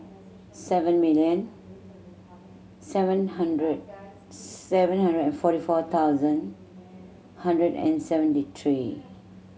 seven million seven hundred seven hundred and forty four thousand hundred and seventy three